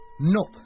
Nope